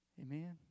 Amen